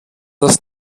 das